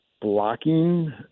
blocking